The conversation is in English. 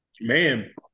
Man